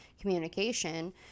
communication